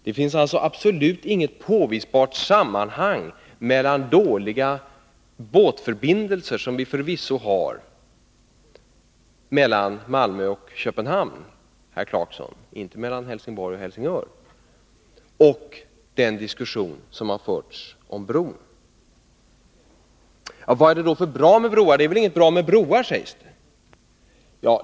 Det finns alltså absolut inget påvisbart sammanhang mellan dåliga båtförbindelser — vilket vi förvisso har mellan Malmö och Köpenhamn, herr Clarkson, inte mellan Helsingborg och Helsingör — och den diskussion som har förts om bron. Vad är det då för bra med broar? Det är väl inget bra med broar, sägs det.